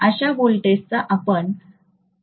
अश्या वोल्टेज चा आपण व्होल्टेजचा उल्लेख करत आहे